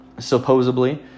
Supposedly